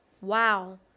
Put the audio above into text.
Wow